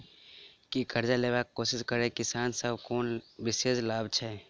की करजा लेबाक कोशिश करैत किसान सब लेल कोनो विशेष लाभ छै?